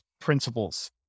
principles